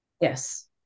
Yes